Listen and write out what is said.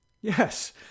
Yes